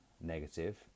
negative